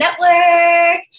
Network